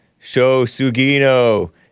Shosugino